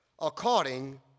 according